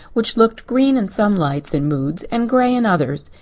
which looked green in some lights and moods and gray in others.